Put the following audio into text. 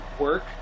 work